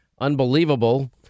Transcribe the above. Unbelievable